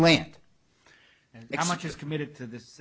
land and how much is committed to this